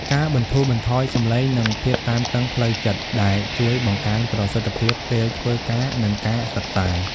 ការបន្ទូរបន្ថយសម្លេង និងភាពតានតឹងផ្លូវចិត្ត ដែលជួយបង្កើនប្រសិទ្ធភាពពេលធ្វើការណ៍ និងការសិក្សា។